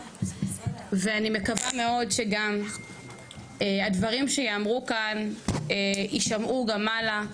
ואני מקווה מאוד שגם הדברים שייאמרו כאן יישמעו גם מעלה,